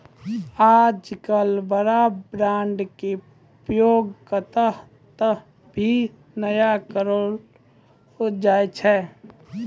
आजकल war bond के प्रयोग कत्तौ त भी नय करलो जाय छै